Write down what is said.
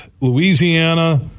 Louisiana